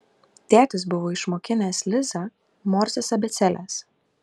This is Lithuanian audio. tėtis buvo išmokinęs lizą morzės abėcėlės